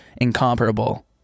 Incomparable